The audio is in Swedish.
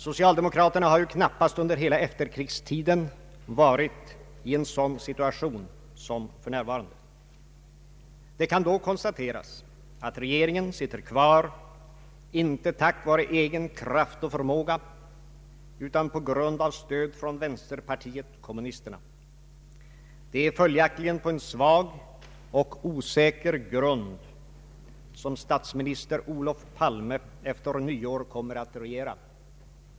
Socialdemokraterna har dock knappast under hela efterkrigstiden varit i en sådan si tuation som för närvarande. Det kan då konstateras att regeringen sitter kvar inte tack vare egen kraft och förmåga utan på grund av stöd från vänsterpartiet kommunisterna. Det är följaktligen på en svag och osäker grund som statsminister Olof Palme efter nyår kommer att regera.